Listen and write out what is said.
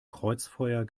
kreuzfeuer